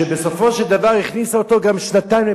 שבסופו של דבר היא הכניסה אותו גם לבית-הסוהר